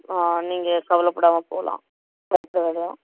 நீங்கள் கவலைப்படாம போகலாம் பயப்பிட வேணா